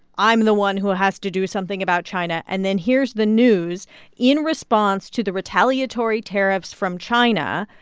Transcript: i'm the one who ah has to do something about china. and then here's the news in response to the retaliatory tariffs from china,